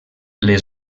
les